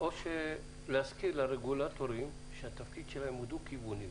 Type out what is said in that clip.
או שלהזכיר לרגולטורים שהתפקיד שלהם הוא דו-כיווני.